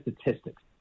statistics